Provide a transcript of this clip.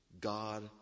God